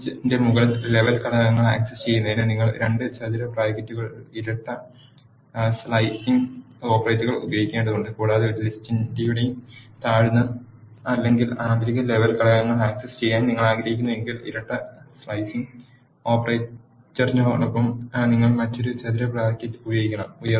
ഒരു ലിസ്റ്റിന്റെ മുകളിലെ ലെവൽ ഘടകങ്ങൾ ആക്സസ് ചെയ്യുന്നതിന് നിങ്ങൾ രണ്ട് ചതുര ബ്രാക്കറ്റുകളായ ഇരട്ട സ്ലൈസിംഗ് ഓപ്പറേറ്റർ ഉപയോഗിക്കേണ്ടതുണ്ട് കൂടാതെ ഒരു ലിസ്റ്റ് യുടെ താഴ്ന്ന അല്ലെങ്കിൽ ആന്തരിക ലെവൽ ഘടകങ്ങൾ ആക് സസ് ചെയ്യാൻ നിങ്ങൾ ആഗ്രഹിക്കുന്നുവെങ്കിൽ ഇരട്ട സ്ലൈസിംഗ് ഓപ്പറേറ്ററിനൊപ്പം നിങ്ങൾ മറ്റൊരു ചതുര ബ്രാക്കറ്റ് ഉപയോഗിക്കണം